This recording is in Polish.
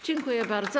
Dziękuję bardzo.